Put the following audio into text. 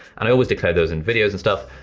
and i always declare those in videos and stuff,